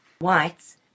Whites